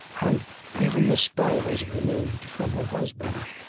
and even the spell was removed from her husband.